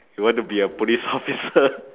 you want to be a police officer